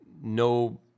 no